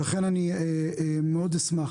לכן אני מאוד אשמח.